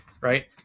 right